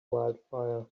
wildfire